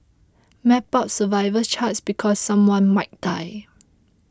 map out survival charts because someone might die